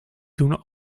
doen